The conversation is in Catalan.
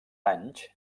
anys